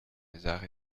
mézard